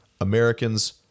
Americans